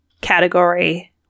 category